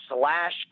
slash